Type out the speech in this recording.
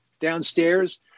Downstairs